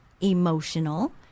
emotional